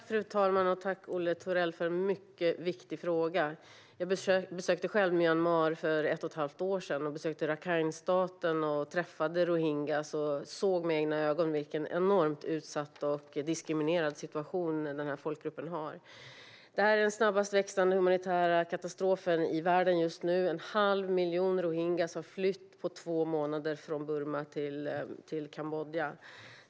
Fru talman! Jag tackar Olle Thorell för en viktig fråga. Jag besökte Myanmar för ett och ett halvt år sedan. Jag besökte också Rakhinedelstaten och träffade rohingyer och såg med egna ögon hur enormt utsatt och diskriminerad denna folkgrupp är. Detta är den snabbast växande humanitära katastrofen i världen. På två månader har en halv miljon rohingyer flytt från Burma/Myanmar till Kambodja.